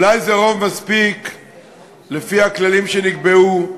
אולי זה רוב מספיק לפי הכללים שנקבעו,